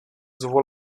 sowohl